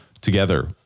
together